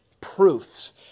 proofs